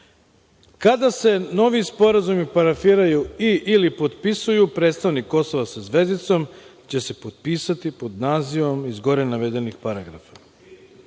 Kada se novi sporazumi parafiraju ili potpisuju, predstavnik Kosova sa zvezdicom će se potpisati pod nazivom iz gore navedenih paragrafa. Prema